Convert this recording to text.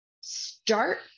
start